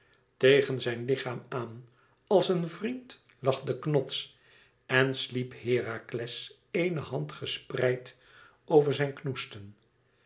tegen zijn lichaam aan als een vriend lag de knots en sliep herakles eene hand gespreid over zijn knoesten